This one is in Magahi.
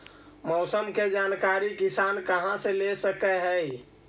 मौसम के जानकारी किसान कहा से ले सकै है?